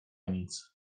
nic